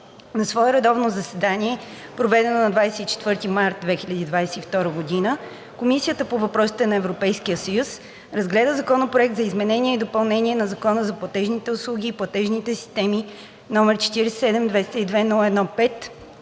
На свое редовно заседание, проведено на 24 март 2022 г., Комисията по въпросите на Европейския съюз разгледа Законопроект за изменение и допълнение на Закона за платежните услуги и платежните системи, № 47-202-01-5,